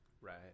Right